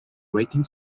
rating